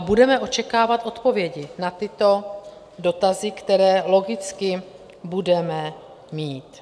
A budeme očekávat odpovědi na tyto dotazy, které logicky budeme mít.